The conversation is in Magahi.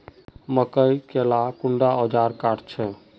मकई के ला कुंडा ओजार काट छै?